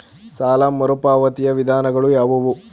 ಸಾಲ ಮರುಪಾವತಿಯ ವಿಧಾನಗಳು ಯಾವುವು?